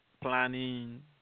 planning